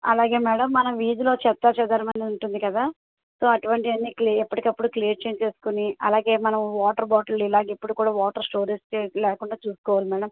అలాగే మ్యాడమ్ మన వీధిలో చెత్తా చెదారం అని ఉంటుంది కదా సో అటువంటివి అన్నీ క్లి ఎప్పటికప్పుడు క్లియర్ చేయించుకుని అలాగే మనం వాటర్ బాటిల్ ఇలాగ ఎప్పుడు కూడా వాటర్ స్టోరేజ్కి లేకుండా చూసుకోవాలి మ్యాడమ్